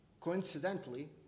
coincidentally